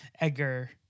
Edgar